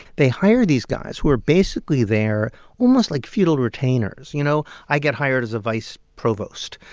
they hire these guys who are basically there almost like feudal retainers. you know, i get hired as a vice provost,